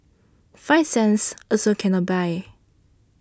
five cents also cannot buy